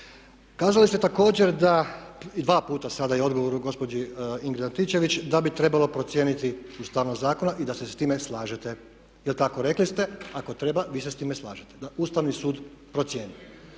Kazali ste također da, dva puta sada i u odgovoru gospođi Ingrid Antičević, da bi trebalo procijeniti ustavnost zakona i da se s time slažete. Jel' tako? Rekli ste ako treba vi se s time slažete da Ustavni sud procijeni.